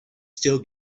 still